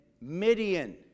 Midian